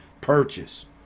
purchase